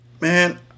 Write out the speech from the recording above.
man